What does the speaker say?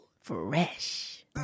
Fresh